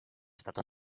stato